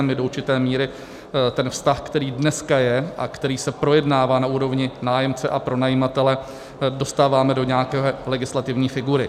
My do určité míry ten vztah, který dneska je a který se projednává na úrovni nájemce a pronajímatele, dostáváme do nějaké legislativní figury.